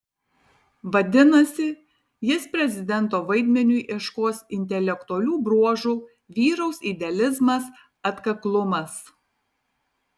vadinasi jis prezidento vaidmeniui ieškos intelektualių bruožų vyraus idealizmas atkaklumas